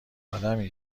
آدمی